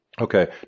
Okay